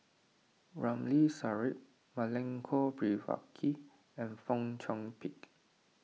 Ramli Sarip Milenko Prvacki and Fong Chong Pik